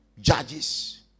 judges